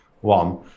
one